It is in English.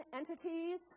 entities